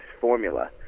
formula